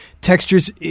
Textures